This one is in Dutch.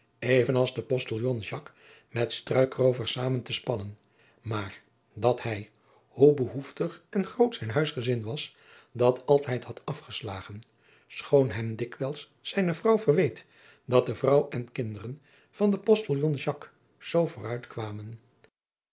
even als de ostiljon met struikroovers zamen te spannen maar dat hij hoe behoeftig en groot zijn huisgezin was dat altijd had afgeslagen schoon hem dikwijls zijne vrouw verweet dat de vrouw en kinderen van den ostiljon zoo vooruit kwamen